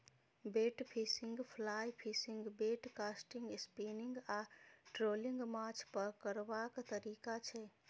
bait fishing, fly fishing, bait casting, spinning आ trolling माछ पकरबाक तरीका छै